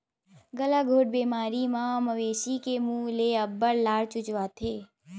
गलाघोंट बेमारी म मवेशी के मूह ले अब्बड़ लार चुचवाथे